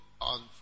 on